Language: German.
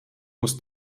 muss